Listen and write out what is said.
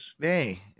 Hey